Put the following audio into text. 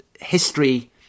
history